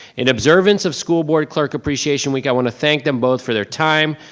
in observance of school board clerk appreciation week, i want to thank them both for their time,